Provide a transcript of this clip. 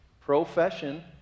Profession